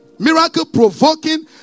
Miracle-provoking